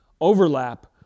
overlap